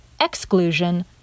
exclusion